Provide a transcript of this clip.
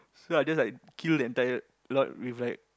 so I just like kill the entire lot with like